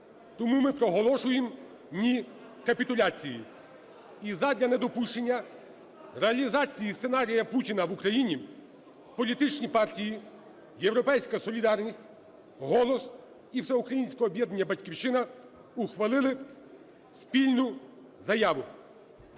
Тому ми проголошуємо: ні – капітуляції! І задля недопущення реалізації сценарію Путіна в Україні політичні партії "Європейська солідарність", "Голос" і Всеукраїнське об'єднання "Батьківщина" ухвалили спільну заяву.